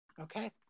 Okay